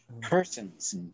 person's